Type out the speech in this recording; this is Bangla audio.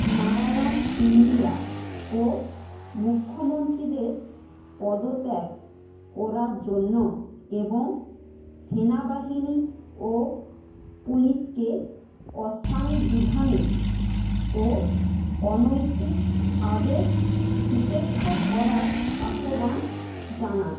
নারায়ণ ইন্দিরা ও মুখ্যমন্ত্রীদের পদত্যাগ করার জন্য এবং সেনাবাহিনী ও পুলিশকে অসাংবিধানিক ও অনৈতিক আদেশ উপেক্ষা করার আহ্বান জানান